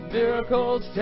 miracles